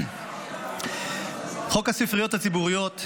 חוק הספריות הציבוריות,